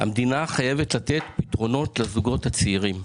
המדינה חייבת לתת פתרונות לזוגות צעירים.